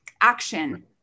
action